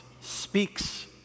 speaks